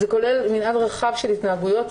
זה כולל מנעד רחב של התנהגויות,